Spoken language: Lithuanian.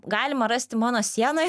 galima rasti mano sienoj